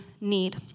need